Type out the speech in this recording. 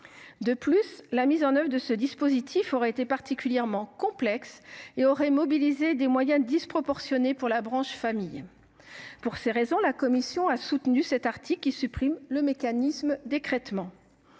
De plus, la mise en œuvre de ce dispositif, particulièrement complexe, aurait mobilisé des moyens disproportionnés pour la branche famille. Pour ces raisons, la commission est favorable à cet article, qui supprime le mécanisme d’écrêtement.